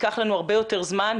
ייקח לנו הרבה יותר זמן.